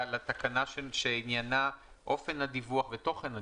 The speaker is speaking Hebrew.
לתקנה שעניינה אופן הדיווח ותוכן הדיווח.